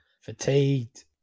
fatigued